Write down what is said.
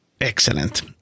Excellent